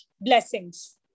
blessings